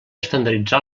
estandarditzar